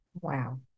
Wow